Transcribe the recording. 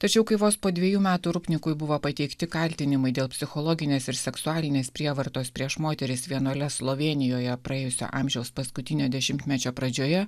tačiau kai vos po dvejų metų rupnikui buvo pateikti kaltinimai dėl psichologinės ir seksualinės prievartos prieš moteris vienuoles slovėnijoje praėjusio amžiaus paskutinio dešimtmečio pradžioje